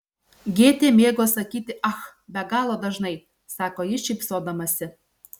gėtė mėgo sakyti ach be galo dažnai sako ji šypsodamasi